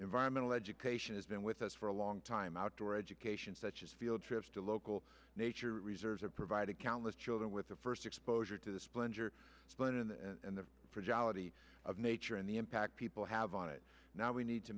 environmental education has been with us for a long time outdoor education such as field trips to local nature reserves have provided countless children with a first exposure to the splendor and the fragility of nature and the impact people have on it now we need to